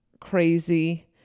crazy